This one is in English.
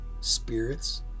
spirits